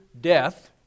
death